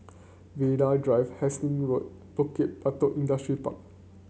Vanda Drive Hasting Road and Bukit Batok Industrial Park